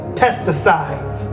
pesticides